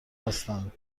هستند